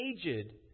aged